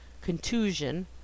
contusion